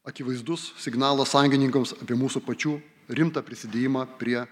akivaizdus signalas sąjungininkams apie mūsų pačių rimtą prisidėjimą prie